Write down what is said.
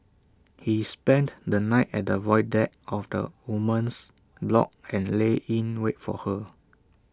he spent the night at the void deck of the woman's block and lay in wait for her